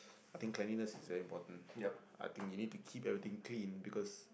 I think cleanliness is very important I think you need to keep everything clean because